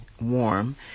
warm